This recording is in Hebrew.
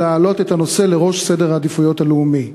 ולהעלות את הנושא לראש סדר העדיפויות הלאומי.